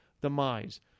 demise